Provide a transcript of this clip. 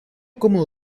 como